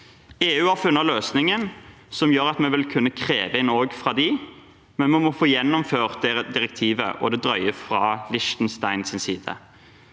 EU har funnet løsningen som gjør at vi vil kunne kreve inn også fra dem, men vi må få gjennomført direktivet, og det drøyer fra Liechtensteins side.